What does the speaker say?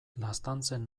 laztantzen